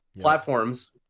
platforms